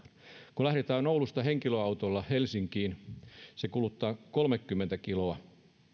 kun lähdetään oulusta helsinkiin henkilöautolla se kuluttaa kolmekymmentä kiloa